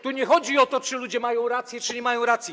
Tu nie chodzi o to, czy ludzie mają rację, czy nie mają racji.